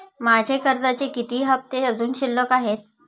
माझे कर्जाचे किती हफ्ते अजुन शिल्लक आहेत?